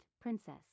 princess